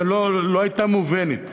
ולא הייתה מובנת.